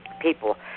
people